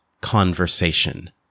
conversation